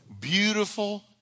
beautiful